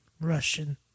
Russian